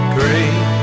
great